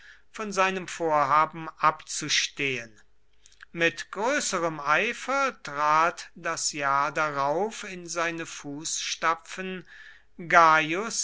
von seinem vorhaben abzustehen mit größerem eifer trat das jahr darauf in seine fußstapfen